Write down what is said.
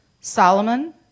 Solomon